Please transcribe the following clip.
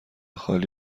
خالی